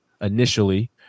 initially